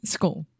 School